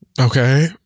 Okay